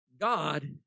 God